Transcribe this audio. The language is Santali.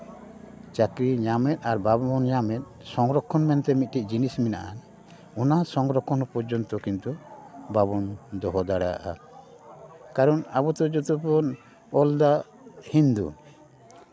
ᱪᱟᱹᱠᱨᱤ ᱧᱟᱢᱮᱫ ᱟᱨ ᱵᱟᱵᱚᱱ ᱧᱟᱢᱮᱫ ᱥᱚᱝᱨᱚᱠᱠᱷᱚᱱ ᱢᱮᱱᱛᱮ ᱢᱤᱫᱴᱤᱡ ᱡᱤᱱᱤᱥ ᱢᱮᱱᱟᱜᱼᱟ ᱚᱱᱟ ᱥᱚᱝᱨᱚᱠᱠᱷᱚᱱ ᱯᱚᱨᱡᱚᱱᱛᱚ ᱠᱤᱱᱛᱩ ᱵᱟᱵᱚᱱ ᱫᱚᱦᱚ ᱫᱟᱲᱮᱭᱟᱜᱼᱟ ᱠᱟᱨᱚᱱ ᱟᱵᱚ ᱫᱚ ᱡᱚᱛᱚ ᱵᱚᱱ ᱚᱞᱫᱟ ᱦᱤᱱᱫᱩ